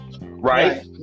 Right